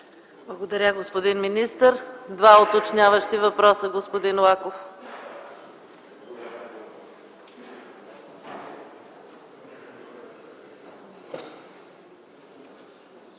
Благодаря, господин министър. За два уточняващи въпроса – господин Лаков.